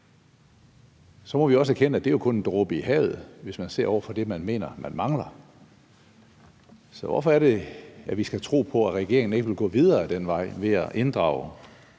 så må vi også erkende, at det jo kun er en dråbe i havet, hvis man ser det over for det, man mener man mangler. Så hvorfor er det, vi skal tro på, at regeringen ikke vil gå videre ad den vej ved at inddrage